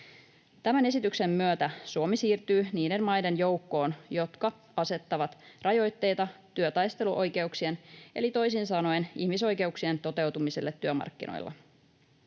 Tämän esityksen myötä Suomi siirtyy niiden maiden joukkoon, jotka asettavat rajoitteita työtaisteluoikeuksien eli toisin sanoen ihmisoikeuksien toteutumiselle työmarkkinoilla.